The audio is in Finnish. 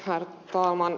herr talman